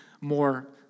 more